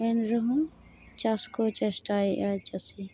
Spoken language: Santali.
ᱮᱱ ᱨᱮᱦᱚᱸ ᱪᱟᱥ ᱠᱚ ᱪᱮᱥᱴᱟᱭᱮᱫᱼᱟ ᱪᱟᱹᱥᱤ